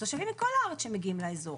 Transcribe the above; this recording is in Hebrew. מכל הארץ שמגיעים לאזור,